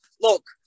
look